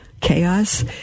chaos